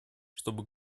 чтобы